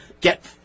get